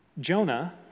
Jonah